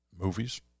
movies